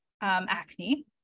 acne